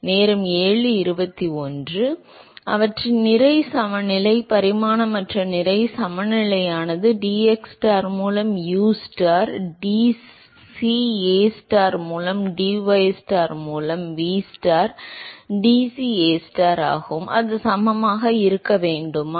மாணவர் எனவே அவற்றின் நிறை சமநிலை பரிமாணமற்ற நிறை சமநிலையானது dxstar மூலம் ustar dCAstar மற்றும் dystar மூலம் vstar dCAstar ஆகும் அது சமமாக இருக்க வேண்டுமா